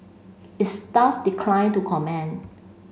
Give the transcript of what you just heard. its staff declined to comment